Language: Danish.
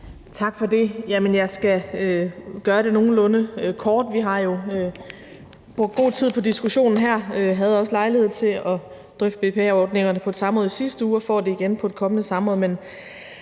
Tak for det. Jeg skal gøre det nogenlunde kort. Vi har jo brugt god tid på diskussionen her. Jeg havde også lejlighed til at drøfte BPA-ordningerne på et samråd i sidste uge og får det igen på et kommende samråd.